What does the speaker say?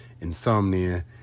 insomnia